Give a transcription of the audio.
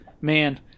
man